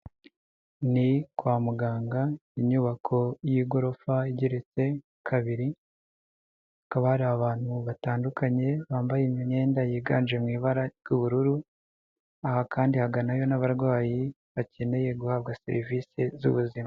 Ni kwa muganga inyubako y'igorofa igeretse kabirikabari abantu batandukanye bambaye imyenda yiganje mu ibara ry'ubururu aha kandi haganayo n'abarwayi bakeneye guhabwa serivisi z'ubuzima.